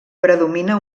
predomina